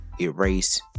erase